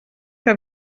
que